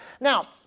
Now